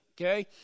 Okay